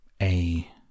A